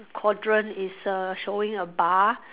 quadrant is err showing a bar